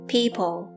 People